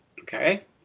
Okay